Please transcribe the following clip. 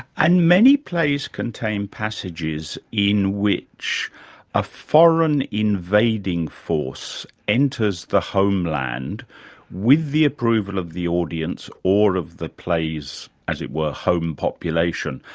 and many plays contain passages in which a foreign invading force enters the homeland with the approval of the audience or of the play's, as it were, home population.